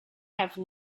have